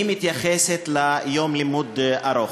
היא מתייחסת ליום לימוד ארוך.